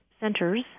centers